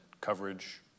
coverage